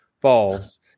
falls